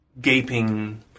gaping